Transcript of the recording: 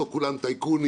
לא כולם טייקונים,